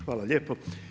Hvala lijepo.